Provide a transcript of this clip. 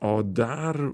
o dar